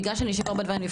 בגלל שנשאלו הרבה דברים,